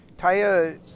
Taya